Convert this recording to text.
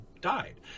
died